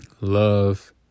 love